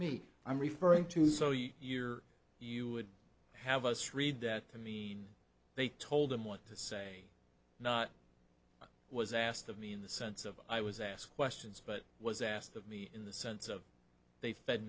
me i'm referring to so you year you would have us read that to mean they told him what to say not was asked of me in the sense of i was asked questions but was asked of me in the sense of they fed